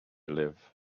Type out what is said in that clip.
live